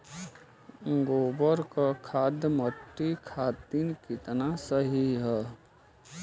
गोबर क खाद्य मट्टी खातिन कितना सही ह?